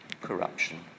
corruption